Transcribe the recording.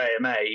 AMA